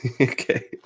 okay